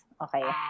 Okay